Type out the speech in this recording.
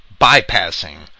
bypassing